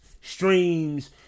streams